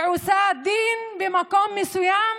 שעושה דין במקום מסוים